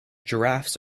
giraffes